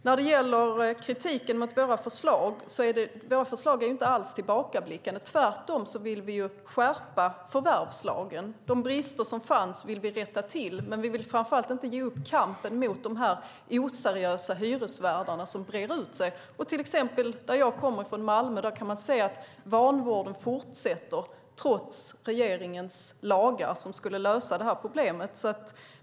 När det gäller kritiken mot våra förslag vill jag säga att våra förslag inte alls är tillbakablickande, tvärtom. Vi vill skärpa förvärvslagen. De brister som fanns vill vi rätta till. Vi vill framför allt inte ge upp kampen mot de oseriösa hyresvärdar som brer ut sig. I till exempel Malmö, som jag kommer från, kan man se att vanvården fortsätter trots regeringens lagar som skulle lösa det här problemet.